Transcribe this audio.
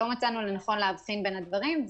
לא מצאנו לנכון להבחין בין הדברים.